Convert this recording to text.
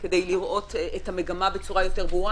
כדי לראות את המגמה בצורה יותר ברורה,